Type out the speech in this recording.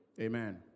Amen